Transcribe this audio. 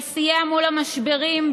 שסייע מול המשברים,